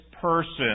person